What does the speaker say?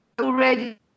already